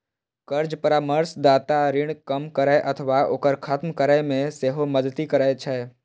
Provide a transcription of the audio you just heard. कर्ज परामर्शदाता ऋण कम करै अथवा ओकरा खत्म करै मे सेहो मदति करै छै